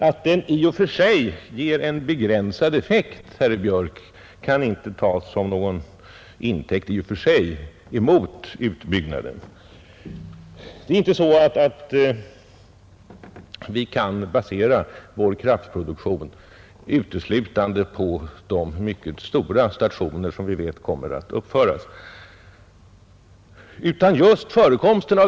Men att den ger en begränsad effekt, herr Björk, kan inte i och för sig anföras mot utbyggnaden. Vi kan inte basera vår kraftproduktion uteslutande på de mycket stora stationer som vi vet kommer att uppföras.